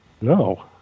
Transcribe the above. No